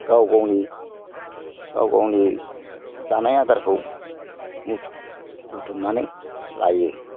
गाव गावनि जानाय आदारखौ बुथुमनानै लायो